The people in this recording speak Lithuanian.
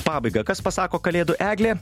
pabaigą kas pasako kalėdų eglė